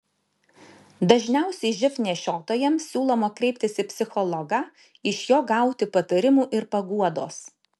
dažniausiai živ nešiotojams siūloma kreiptis į psichologą iš jo gauti patarimų ir paguodos